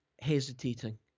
hesitating